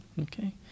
Okay